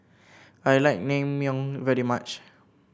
I like Naengmyeon very much